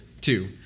two